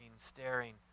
staring